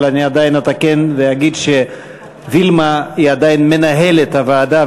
אני עדיין אתקן ואומר שווילמה היא עדיין מנהלת הוועדה,